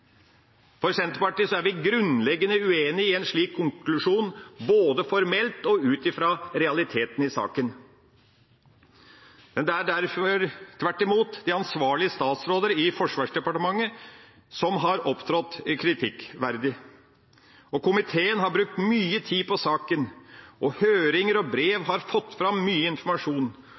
I Senterpartiet er vi grunnleggende uenig i en slik konklusjon, både formelt og ut fra realitetene i saken. Det er derfor tvert imot de ansvarlige statsråder i Forsvarsdepartementet som har opptrådt kritikkverdig, og komiteen har brukt mye tid på saken. Høringer og brev har fått fram mye informasjon,